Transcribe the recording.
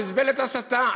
או נסבלת הסתה.